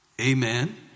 Amen